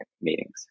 meetings